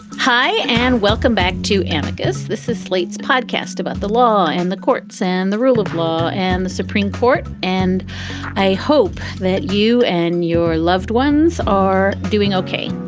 hi and welcome back to amicus. this is slate's podcast about the law and the courts and the rule of law and the supreme court. and i hope that you and your loved ones are doing okay.